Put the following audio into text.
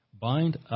bind